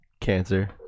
Cancer